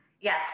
Yes